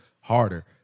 harder